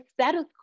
status